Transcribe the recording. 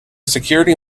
security